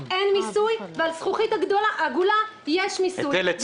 אין מיסוי ואילו על זכוכית עגולה יש מיסוי.